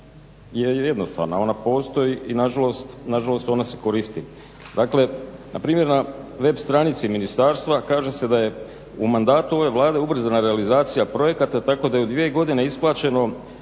je jednostavna. Ona postoji i na žalost ona se koristi. Dakle, na primjer na web stranici ministarstva kaže se da je u mandatu ove Vlade ubrzana realizacija projekata, tako da je u dvije godine isplaćeno